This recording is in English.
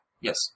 Yes